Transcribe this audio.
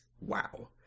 Wow